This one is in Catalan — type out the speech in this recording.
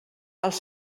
els